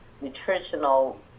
nutritional